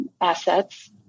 Assets